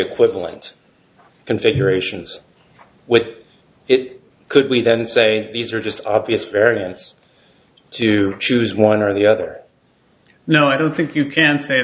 equivalent and secure ations with it could we then say these are just obvious variants to choose one or the other no i don't think you can say